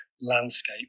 landscape